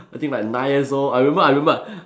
I think like nine years old I remember I remember